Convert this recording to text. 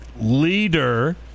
leader